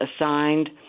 assigned